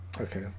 Okay